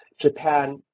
Japan